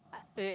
I wait wait